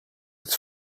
het